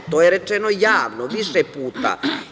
To je rečeno javno više puta.